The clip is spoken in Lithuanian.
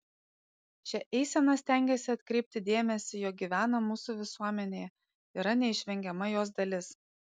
šia eisena stengiasi atkreipti dėmesį jog gyvena mūsų visuomenėje yra neišvengiama jos dalis